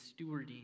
stewarding